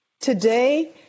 Today